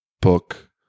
book